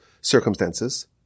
circumstances